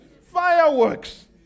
Fireworks